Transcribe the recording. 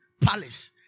palace